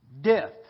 death